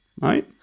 right